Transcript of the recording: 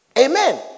Amen